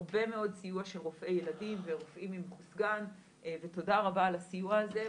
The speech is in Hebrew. הרבה מאוד סיוע של רופאי ילדים ורופאים --- ותודה רבה על הסיוע הזה,